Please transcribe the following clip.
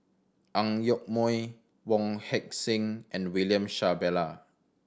Ang Yoke Mooi Wong Heck Sing and William Shellabear